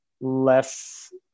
less